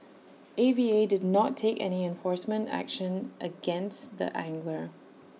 A V A did not take any enforcement action against the angler